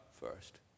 first